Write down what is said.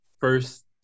first